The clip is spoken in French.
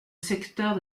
secteur